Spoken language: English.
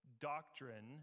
doctrine